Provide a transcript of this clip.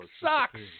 sucks